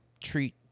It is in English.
treat